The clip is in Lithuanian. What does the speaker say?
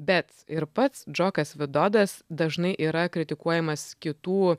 bet ir pats džokas vidodas dažnai yra kritikuojamas kitų